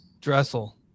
Dressel